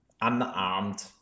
unarmed